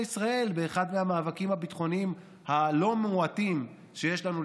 ישראל באחד מהמאבקים הביטחוניים הלא-מועטים שיש לנו,